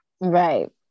right